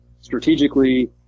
strategically